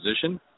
position